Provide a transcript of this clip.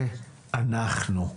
זה אנחנו.